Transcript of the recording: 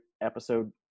episode